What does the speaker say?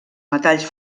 metalls